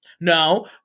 No